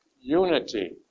unity